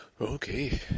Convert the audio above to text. Okay